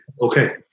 Okay